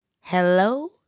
Hello